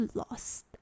lost